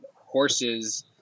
horses